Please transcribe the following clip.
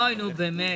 אוי נו באמת,